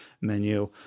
menu